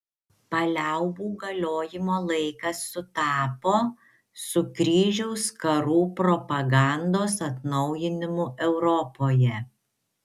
paliaubų galiojimo laikas sutapo su kryžiaus karų propagandos atnaujinimu europoje